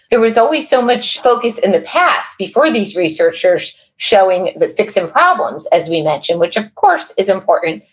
there was always so much focus in the past, before these researchers, showing the fix in problems, as we mentioned, which of course is important,